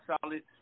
solid